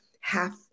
half